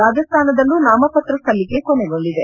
ರಾಜಸ್ಥಾನದಲ್ಲೂ ನಾಮಪತ್ರ ಸಲ್ಲಿಕೆ ಕೊನೆಗೊಂಡಿದೆ